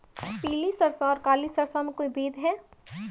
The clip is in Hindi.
पीली सरसों और काली सरसों में कोई भेद है?